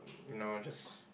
you know I just